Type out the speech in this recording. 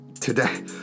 today